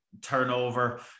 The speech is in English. turnover